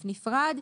נפרד.